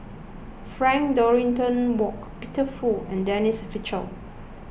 Frank Dorrington Ward Peter Fu and Denise Fletcher